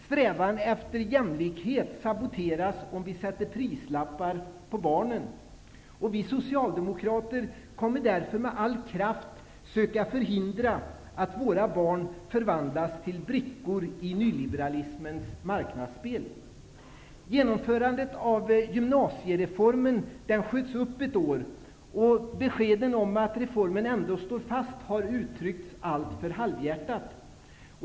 Strävan efter jämlikhet saboteras, om vi sätter prislappar på barnen. Vi socialdemokrater kommer därför med all kraft att söka förhindra att våra barn förvandlas till brickor i nyliberalismens marknadsspel. Genomförandet av gymnasiereformen sköts upp ett år. Beskeden om att reformen ändå står fast har framförts alltför halvhjärtat.